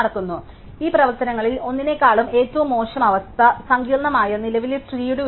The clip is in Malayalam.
അതിനാൽ ഈ പ്രവർത്തനങ്ങളിൽ ഒന്നിനേക്കാളും ഏറ്റവും മോശം അവസ്ഥ സങ്കീർണ്ണമായ നിലവിലെ ട്രീയുടെ ഉയരമാണ്